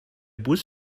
bus